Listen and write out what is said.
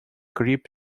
crib